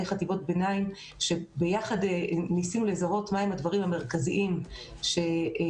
חטיבות ביניים וביחד ניסינו לזהות מה הם הדברים המרכזיים שיכולים